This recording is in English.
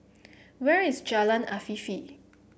where is Jalan Afifi